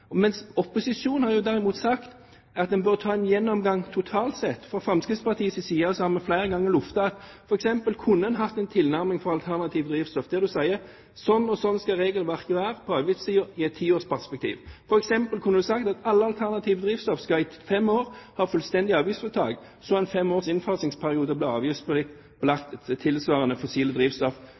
alternativ, mens Regjeringen har tenkt helhetlig. Regjeringens tilnærming i denne saken viser at de ikke aner hvordan den prinsipielle tilnærmingen i avgiftspolitikken skal vedvare. Opposisjonen har derimot sagt at en bør ta en gjennomgang totalt sett. Fra Fremskrittspartiets side har vi flere ganger luftet at en f.eks. kunne hatt en tilnærming til alternative drivstoff der en sier at sånn og sånn skal regelverket være på avgiftssiden i et tiårsperspektiv. En kunne f.eks. ha sagt at alle alternative drivstoff skal ha fullstendig avgiftsfritak i fem år, så en